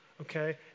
okay